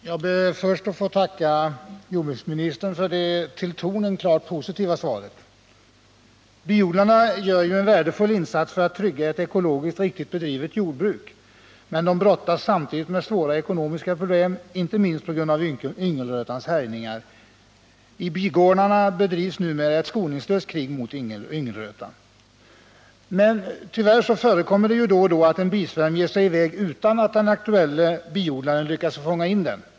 Herr talman! Jag ber först att få tacka jordbruksministern för det till tonen klart positiva svaret. Biodlarna gör en värdefull insats för att trygga ett ekologiskt riktigt bedrivet jordbruk. Men de brottas samtidigt med svåra ekonomiska problem, inte minst på grund av yngelrötans härjningar. I bigårdarna bedrivs numera ett skoningslöst krig mot yngelrötan. Men tyvärr förekommer det då och då att en bisvärm ger sig i väg utan att den aktuelle biodlaren lyckas fånga in den.